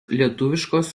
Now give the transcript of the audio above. lietuviškos